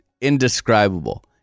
indescribable